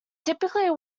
typically